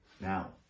Now